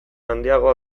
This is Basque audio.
handiagoa